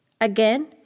Again